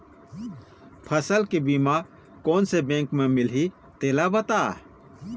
फसल के बीमा कोन से बैंक म मिलही तेला बता?